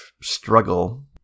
struggle